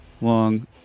long